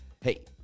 hey